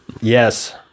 Yes